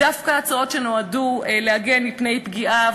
שדווקא הצעות שנועדו להגן מפני פגיעה